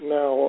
now